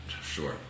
Sure